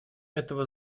этого